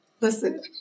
listen